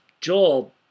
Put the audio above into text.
Joel